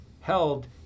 held